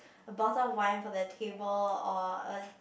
a bottle of wine for the table or a